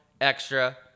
extra